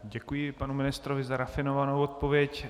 Děkuji panu ministrovi za rafinovanou odpověď.